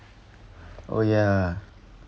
oh ya